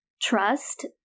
trust